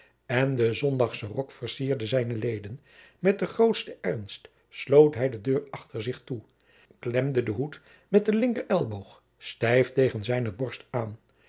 en de zondagsche rok vercierde zijne leden met de grootste ernst sloot hij de deur achter zich toe klemde den hoed met de linkerelboog stijf tegen zijne borst aan